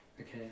Okay